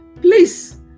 please